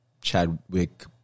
Chadwick